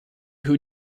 who